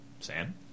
Sam